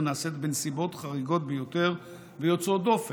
נעשית בנסיבות חריגות ביותר ויוצאות דופן.